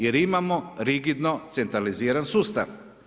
Jer imamo rigidno centraliziran sustav.